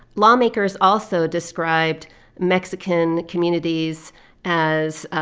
lawmakers also described mexican communities as,